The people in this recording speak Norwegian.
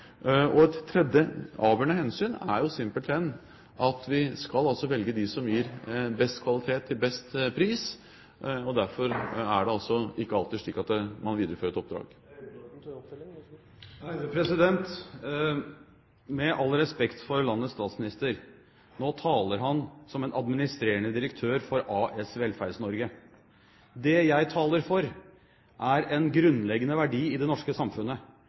Et tredje avgjørende hensyn er simpelthen at vi skal velge dem som gir best kvalitet til best pris, og derfor er det altså ikke alltid slik at man viderefører et oppdrag. Med all respekt for landets statsminister – nå taler han som en administrerende direktør for AS Velferds-Norge. Det jeg taler for, er en grunnleggende verdi i det norske samfunnet